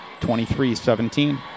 23-17